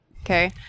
Okay